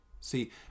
See